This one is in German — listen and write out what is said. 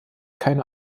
keine